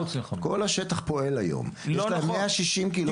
כל השטח פועל היום, יש להם 160 קילומטר.